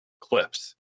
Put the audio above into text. clips